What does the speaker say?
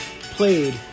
played